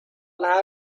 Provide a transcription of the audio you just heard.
now